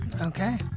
Okay